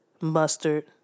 mustard